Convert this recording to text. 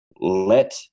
let